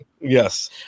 Yes